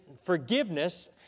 forgiveness